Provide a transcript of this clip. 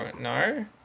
No